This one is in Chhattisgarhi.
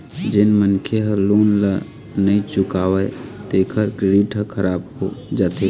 जेन मनखे ह लोन ल नइ चुकावय तेखर क्रेडिट ह खराब हो जाथे